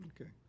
okay